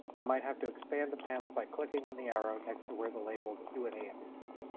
you might have to expand the panel by clicking on the arrow next to where the label q and a appears.